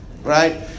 right